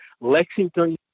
Lexington